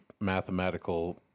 mathematical